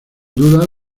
duda